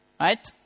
right